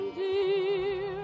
dear